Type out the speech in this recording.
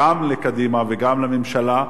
גם לקדימה וגם לממשלה.